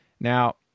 Now